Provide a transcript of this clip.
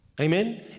amen